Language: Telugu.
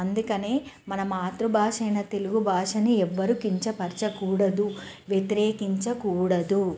అందుకనే మన మాతృభాష అయిన తెలుగు భాషని ఎవ్వరు కించపరచకూడదు వెతిరేకించకూడదు